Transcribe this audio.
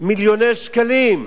מיליוני שקלים.